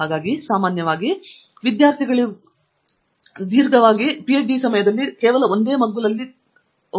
ಫಣಿಕುಮಾರ್ ಹಾಗಾಗಿ ಸಾಮಾನ್ಯವಾಗಿ ವಿದ್ಯಾರ್ಥಿಗಳಿಗೆ ಹೋಗುವ ಎಲ್ಲಾ ಡಿಗ್ರಿಗಳಲ್ಲಿ ಪಿಎಚ್ಡಿ ಬಹುಶಃ ಏಕೈಕ ವ್ಯಕ್ತಿಯೊಂದಿಗೆ ಒಂದೇ ಮಗ್ಗುಲಲ್ಲಿ ದೀರ್ಘಕಾಲ ಇರುತ್ತದೆ ಎಂದು ನಾನು ಹೇಳುತ್ತೇನೆ